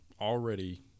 already